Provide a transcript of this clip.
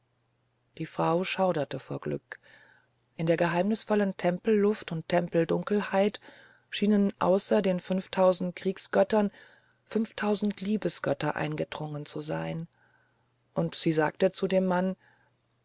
die frau schauderte vor glück in die geheimnisvolle tempelluft und tempeldunkelheit schienen außer den fünftausend kriegsgöttern fünftausend liebesgötter eingedrungen zu sein und sie sagte zu dem mann